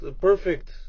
Perfect